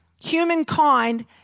humankind